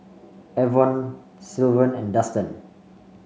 Avon Sylvan and Dustan